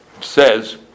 says